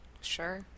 Sure